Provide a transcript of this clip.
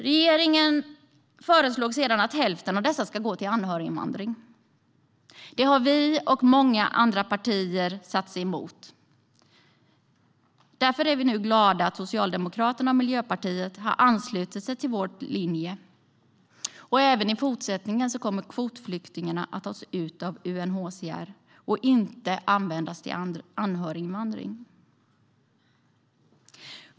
Regeringen föreslog då att hälften av dessa skulle gå till anhöriginvandring. Det har vi, och många andra partier, satt oss emot. Därför är vi nu glada över att Socialdemokraterna och Miljöpartiet har anslutit sig till vår linje. Även i fortsättningen kommer kvotflyktingarna att tas ut av UNHCR och inte användas för anhöriginvandring.